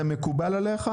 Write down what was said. זה מקובל עליך?